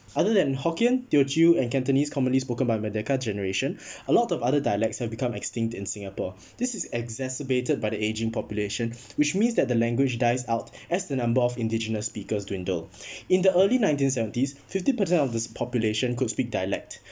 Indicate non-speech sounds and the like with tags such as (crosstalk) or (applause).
other than hokkien teochew and cantonese commonly spoken by merdeka generation (breath) a lot of the other dialects have become extinct in singapore this is exacerbated by the aging population (breath) which means that the language dies out as the number of indigenous speakers dwindle (breath) in the early nineteen seventies fifty percent of this population could speak dialect